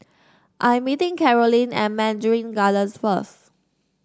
I'm meeting Carolyn at Mandarin Gardens first